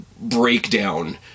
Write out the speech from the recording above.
breakdown